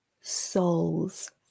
souls